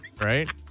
Right